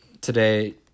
today